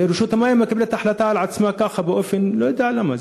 רשות המים מקבלת את ההחלטה בעצמה ככה באופן לא יודע למה,